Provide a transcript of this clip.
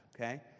Okay